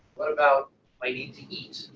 what about my need to eat?